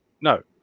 no